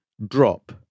Drop